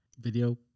Video